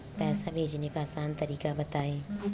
पैसे भेजने का आसान तरीका बताए?